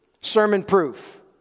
sermon-proof